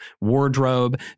wardrobe